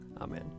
Amen